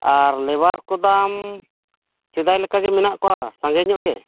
ᱟᱨ ᱞᱮᱵᱟᱨ ᱠᱚᱛᱟᱢ ᱥᱮᱫᱟᱭ ᱞᱮᱠᱟ ᱜᱮ ᱢᱮᱱᱟ ᱠᱚᱣᱟ ᱥᱟᱸᱜᱮ ᱧᱚᱜ ᱜᱮ